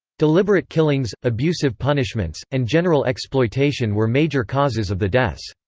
deliberate killings, abusive punishments, and general exploitation were major causes of the deaths.